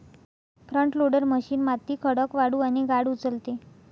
front loader machine माती, खडक, वाळू आणि गाळ उचलते